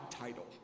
title